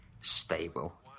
stable